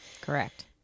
Correct